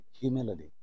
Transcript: Humility